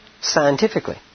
scientifically